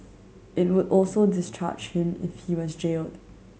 it would also discharge him if he was jailed